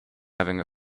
having